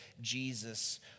Jesus